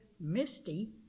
Misty